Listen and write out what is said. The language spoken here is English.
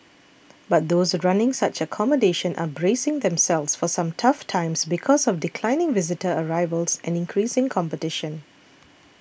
but those running such accommodation are bracing themselves for some tough times because of declining visitor arrivals and increasing competition